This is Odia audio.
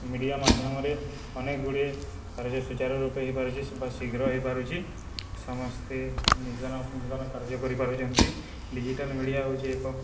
ମିଡ଼ିଆ ମାଧ୍ୟମରେ ଅନେକ ଗୁଡ଼ିଏ କାର୍ଯ୍ୟ ସୁଚାରୁ ରୂପେ ହେଇପାରୁଛି ବା ଶୀଘ୍ର ହେଇପାରୁଛି ସମସ୍ତେ କାର୍ଯ୍ୟ କରିପାରୁଛନ୍ତି ଡିଜିଟାଲ ମିଡ଼ିଆ ହେଉଛି ଏକ